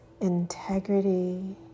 integrity